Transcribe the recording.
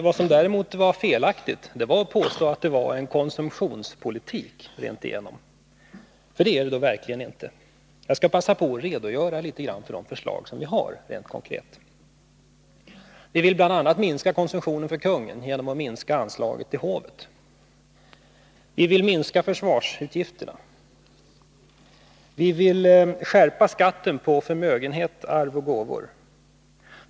Vad som däremot var felaktigt var påståendet att det var en konsumtionspolitik rakt igenom, för det är den verkligen inte. Jag skall passa på att redogöra litet för de förslag som vi har rent konkret. Vi vill bl.a. minska konsumtionen för kungen genom att minska anslaget till hovet. Vi vill minska försvarsutgifterna. Vi vill skärpa skatten på förmögenheter, arv och gåvor.